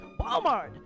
Walmart